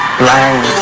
blind